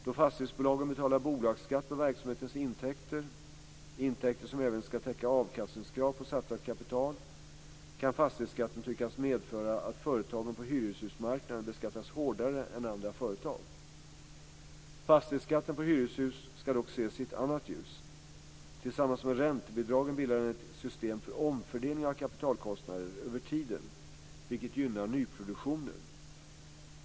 Då fastighetsbolagen betalar bolagsskatt på verksamhetens intäkter, intäkter som även ska täcka avkastningskrav på satsat kapital, kan fastighetsskatten tyckas medföra att företagen på hyreshusmarknaden beskattas hårdare än andra företag. Fastighetsskatten på hyreshus ska dock ses i ett annat ljus. Tillsammans med räntebidragen bildar den ett system för omfördelning av kapitalkostnader över tiden, vilket gynnar nyproduktionen.